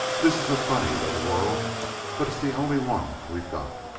this is a funny, little world but it's the only one we've got.